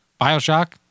Bioshock